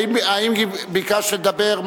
האם ביקשת לדבר?